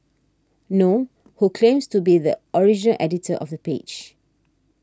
nor who claims to be the origin editor of the page